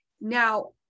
Now